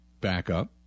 backup